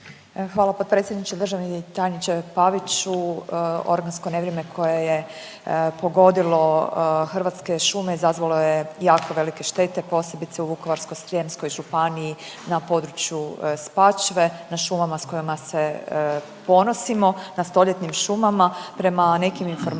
Hvala potpredsjedniče. Državni tajniče Paviću, orkansko nevrijeme koje je pogodilo Hrvatske šume izazvalo je jako velike štete, posebice u Vukovarsko-srijemskoj županiji na području Spačve, na šumama s kojima se ponosimo, na stoljetnim šumama, prema nekim informacijama